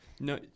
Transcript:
no